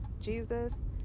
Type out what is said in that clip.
Jesus